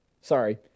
Sorry